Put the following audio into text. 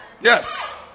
yes